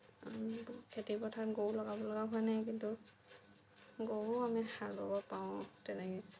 আমিবোৰ খেতিপথাৰত গৰু লগাব লগা হোৱা নাই কিন্তু গৰুও আমি হাল বাব পাৰোঁ তেনেকে